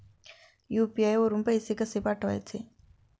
UPI वरून पैसे कसे पाठवायचे?